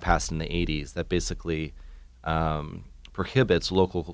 passed in the eighty's that basically prohibits local